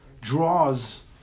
draws